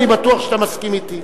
וזה, אני בטוח שאתה מסכים אתי.